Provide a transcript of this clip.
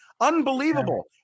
Unbelievable